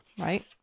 right